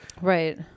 Right